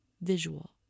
visual